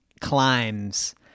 climbs